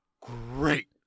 great